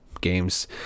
games